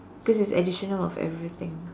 cause it's additional of everything